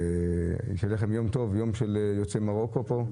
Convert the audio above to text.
זה יום של יוצאי מרוקו פה.